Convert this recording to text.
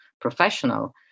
professional